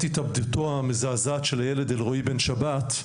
התאבדותו המזעזעת של הילד אלרואי בן שבת,